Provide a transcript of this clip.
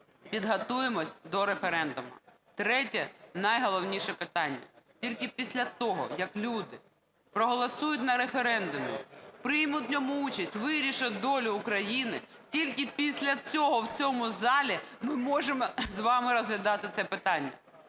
підготуємося до референдуму. Третє, найголовніше питання. Тільки після того, як люди проголосують на референдумі, приймуть в ньому участь, вирішать долю України, тільки після цього в цьому залі ми можемо з вами розглядати це питання.